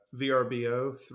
VRBO